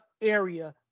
area